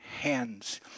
hands